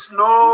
no